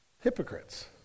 Hypocrites